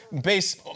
base